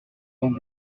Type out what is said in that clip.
dans